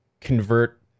convert